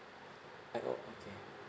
add on okay